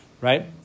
right